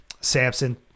Samson